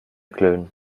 klönen